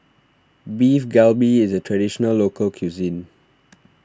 Beef Galbi is a Traditional Local Cuisine